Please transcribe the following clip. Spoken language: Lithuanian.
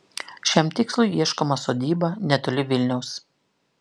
šiam tikslui ieškoma sodyba netoli vilniaus